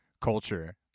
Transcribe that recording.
culture